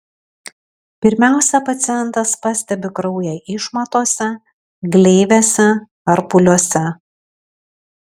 pirmiausia pacientas pastebi kraują išmatose gleivėse ar pūliuose